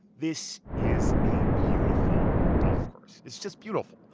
this is a beautiful golf course. it's just beautiful.